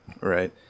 Right